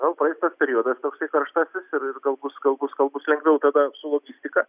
gal praeis tas periodas toksai karštasis ir ir gal bus gal bus gal bus lengviau tada su logistika